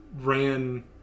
ran